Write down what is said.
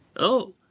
o,